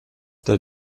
der